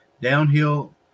Downhill